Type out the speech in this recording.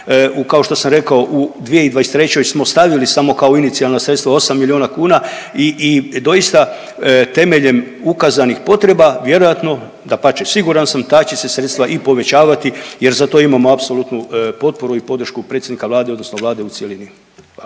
Kao što sam rekao u 2023. smo stavili samo kao inicijalna sredstva osam milijuna kuna i doista temeljem ukazanih potreba vjerojatno, dapače siguran sam ta će se sredstva i povećavati jer za to imamo apsolutnu potporu i podršku predsjednika Vlade, odnosno Vlade u cjelini.